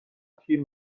تیر